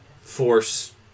force